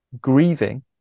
grieving